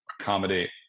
accommodate